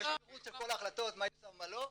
יש פירוט של כל ההחלטות מה יושם ומה לא,